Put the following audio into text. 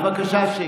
בבקשה שקט.